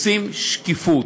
רוצים שקיפות.